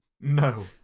No